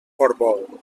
portbou